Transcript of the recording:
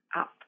up